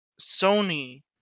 Sony